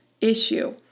issue